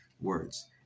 words